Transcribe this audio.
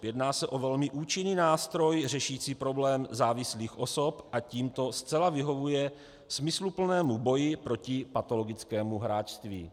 Jedná se o velmi účinný nástroj řešící problém závislých osob a tímto zcela vyhovuje smysluplného boji proti patologickému hráčství.